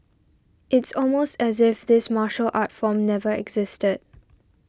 it's almost as if this martial art form never existed